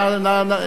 נא,